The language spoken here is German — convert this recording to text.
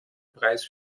preis